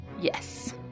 Yes